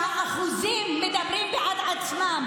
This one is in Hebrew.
שהאחוזים מדברים בעד עצמם.